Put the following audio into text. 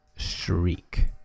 shriek